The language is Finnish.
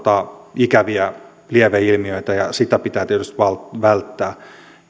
ikäviä lieveilmiöitä ja sitä pitää tietysti välttää